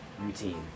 routine